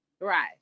Right